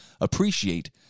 appreciate